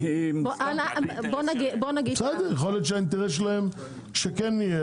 יכול להיות שהאינטרס שלהם שכן יהיה,